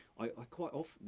i quite often, well,